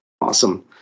Awesome